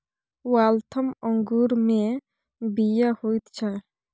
Waltham अंगूरमे बीया होइत छै